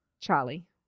charlie